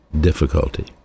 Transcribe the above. difficulty